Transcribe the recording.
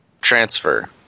transfer